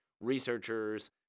researchers